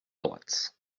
droite